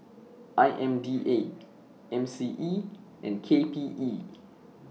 I M D A M C E and K P E